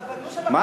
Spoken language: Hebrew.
בשקט.